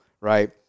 right